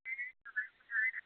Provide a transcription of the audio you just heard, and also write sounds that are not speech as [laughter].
[unintelligible]